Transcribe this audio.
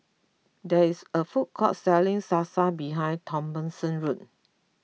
there is a food court selling Salsa behind Thompson's room